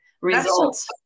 Results